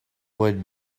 would